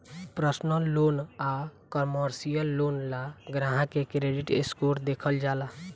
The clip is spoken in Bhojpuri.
पर्सनल लोन आ कमर्शियल लोन ला ग्राहक के क्रेडिट स्कोर देखल जाला